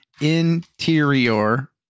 interior